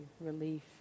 relief